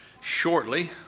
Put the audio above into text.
shortly